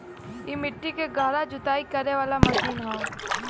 इ मट्टी के गहरा जुताई करे वाला मशीन हौ